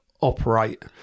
operate